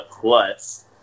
plus